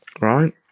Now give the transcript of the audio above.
right